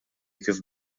kif